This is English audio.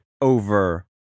over